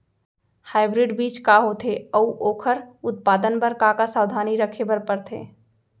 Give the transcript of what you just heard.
Hybrid बीज का होथे अऊ ओखर उत्पादन बर का का सावधानी रखे बर परथे?